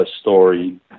story